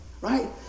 right